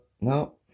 no